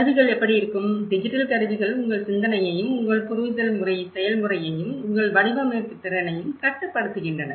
கருவிகள் எப்படி இருக்கும் டிஜிட்டல் கருவிகள் உங்கள் சிந்தனையையும் உங்கள் புரிதல் செயல்முறையையும் உங்கள் வடிவமைப்பு திறனையும் கட்டுப்படுத்துகின்றன